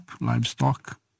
livestock